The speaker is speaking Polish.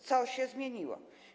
Co się zmieniło?